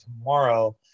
tomorrow